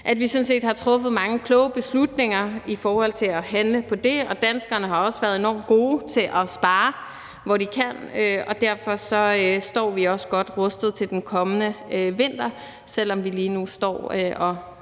at vi sådan set har truffet mange kloge beslutninger i forhold til at handle på det, og danskerne har også været enormt gode til at spare, hvor de kan, og derfor står vi også godt rustet til den kommende vinter, selv om vi lige nu står –